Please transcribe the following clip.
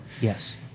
Yes